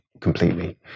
completely